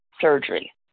surgery